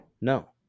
no